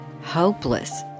hopeless